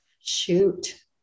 Shoot